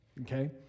Okay